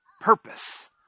purpose